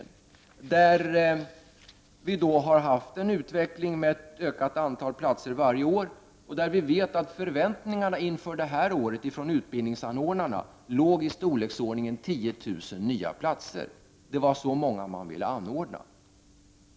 Vi har i detta sammanhang haft en utveckling med ett ökat antal platser varje år, och vi vet att utbildningsanordnarnas förväntningar inför detta år låg i storleksordningen 10 000 nya platser. Det var så många man ville anordna.